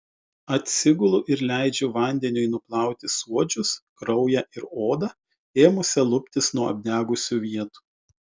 atsigulu ir leidžiu vandeniui nuplauti suodžius kraują ir odą ėmusią luptis nuo apdegusių vietų